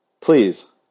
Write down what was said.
Please